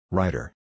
Writer